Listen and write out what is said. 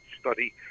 study